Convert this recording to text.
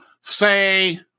say